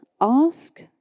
ask